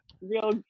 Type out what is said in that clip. real